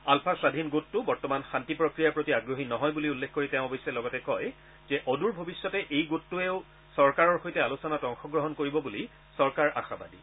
আলফা স্বধীন গোটটো বৰ্তমান শান্তি প্ৰক্ৰিয়াৰ প্ৰতি আগ্ৰহী নহয় বুলি উল্লেখ কৰি তেওঁ অৱশ্যে লগতে কয় যে অদূৰ ভৱিষ্যতে এই গোটটোৱেও চৰকাৰৰ সৈতে আলোচনাত অংশগ্ৰহণ কৰিব বুলি চৰকাৰ আশাবাদী